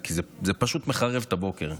כי זה פשוט מחרב את הבוקר.